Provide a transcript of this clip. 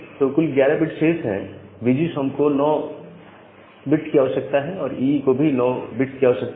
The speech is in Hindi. तो कुल 11 बिट्स शेष है वीजीसॉम को 9 बिट्स की आवश्यकता है और ईई को भी 9 बिट्स की आवश्यकता है